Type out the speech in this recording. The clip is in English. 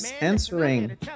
answering